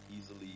easily